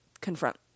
confront